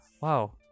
wow